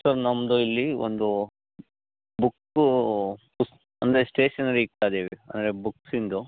sir ನಮ್ಮದು ಇಲ್ಲಿ ಒಂದು ಬುಕ್ಕೂ ಪುಸ್ ಅಂದರೆ ಸ್ಟೇಷನರಿ ಇಕ್ತಾಯಿದ್ದೀವಿ ಅಂದರೆ ಬುಕ್ಸಿಂದು